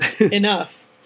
enough